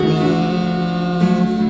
love